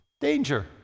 danger